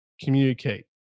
communicate